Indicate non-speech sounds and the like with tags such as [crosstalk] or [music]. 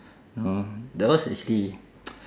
know that was actually [noise]